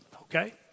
okay